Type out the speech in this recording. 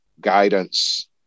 guidance